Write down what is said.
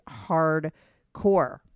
hardcore